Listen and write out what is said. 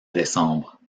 décembre